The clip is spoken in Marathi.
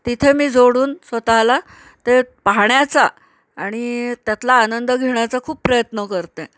तिथे मी जोडून स्वतःला ते पाहण्याचा आणि त्यातला आनंद घेण्याचा खूप प्रयत्न करते